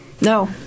No